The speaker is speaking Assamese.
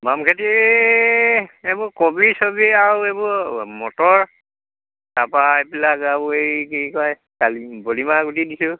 বামখেতিৰ এই এইবোৰ কবি চবি আৰু এইবোৰ মটৰ তাৰপৰা এইবিলাক আৰু এই কি কয় কালি বদিমাহ গুটি দিছোঁ